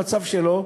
המצב שלו.